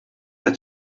qed